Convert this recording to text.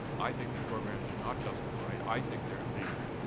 i think these programs are not justified. i think they're illegal.